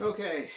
Okay